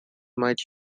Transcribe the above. might